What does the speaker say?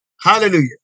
Hallelujah